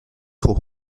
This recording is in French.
trop